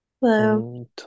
hello